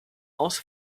aus